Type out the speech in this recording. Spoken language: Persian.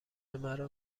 مرا